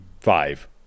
five